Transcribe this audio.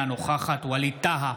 אינה נוכחת ווליד טאהא,